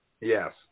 Yes